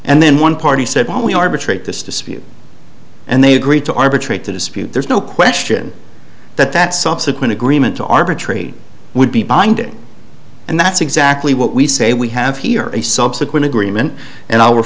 and then one party said only arbitrate this dispute and they agreed to arbitrate the dispute there's no question that that subsequent agreement to arbitrate would be binding and that's exactly what we say we have here a subsequent agreement and i